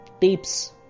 Tips